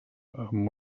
amb